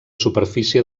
superfície